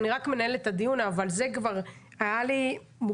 אני רק מנהלת את הדיון אבל זה כבר היה לי מוגזם.